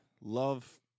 love